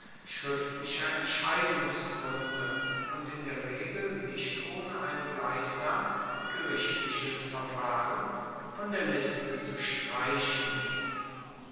schriftlicher entscheidungsgruende und in der regel nicht ohne ein gleichsam gerichtliches verfahren von der liste zu streichen